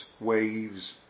waves